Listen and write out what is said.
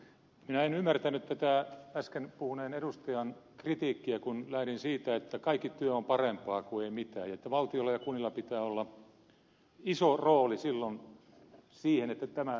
minä en ymmärtänyt tätä äsken puhuneen edustajan kritiikkiä kun lähdin siitä että kaikki työ on parempaa kuin ei mitään ja että valtiolla ja kunnilla pitää olla iso rooli silloin siinä että tämä myös toteutuu